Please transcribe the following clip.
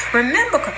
remember